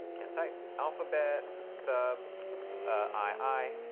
can't type alphabet sub i, i.